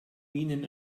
minen